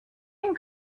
and